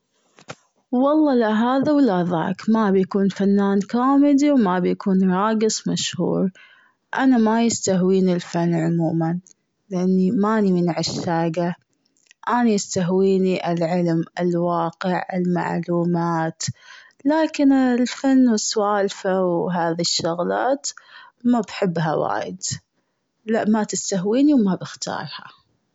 والله لا هذا ولا ذاك ما ابي اكون فنان كوميدي وما ابي اكون راقص مشهور. انا ما يستهويني الفن عموماً. لأني ماني من عشاقه. أني استهويني العلم الواقع المعلومات. لكن الفن السوالفه الشغلات ما بحبها وايد. لا ما تستهويني وما بختارها.